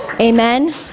Amen